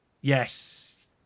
Yes